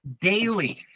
daily